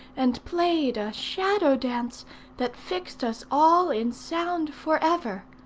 and played a shadow-dance that fixed us all in sound for ever.